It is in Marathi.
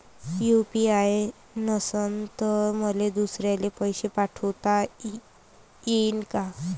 यू.पी.आय नसल तर मले दुसऱ्याले पैसे पाठोता येईन का?